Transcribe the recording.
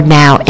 now